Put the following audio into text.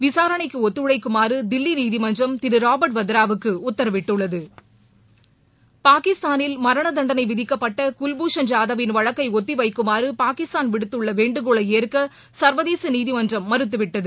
விசாரணைக்கு ஒத்துழைக்குமாறு தில்லி நீதிமன்றம் திரு ராபர்ட் வத்ராவுக்கு உத்தரவிட்டுள்ளது பாகிஸ்தானில் மரண தண்டனை விதிக்கப்பட்ட குவ்பூஷன் ஜாதவின் வழக்கை ஒத்திவைக்குமாறு பாகிஸ்தான் விடுத்துள்ள வேண்டுகோளை ஏற்க சர்வதேச நீதிமன்றம் மறுத்துவிட்டது